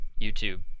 YouTube